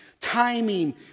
timing